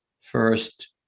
First